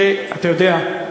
אתה יודע,